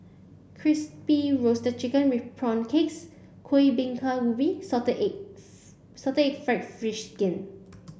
crispy roasted chicken with prawn crackers Kueh Bingka Ubi salted eggs salted egg fried fish skin